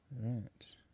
Right